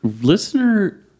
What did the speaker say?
listener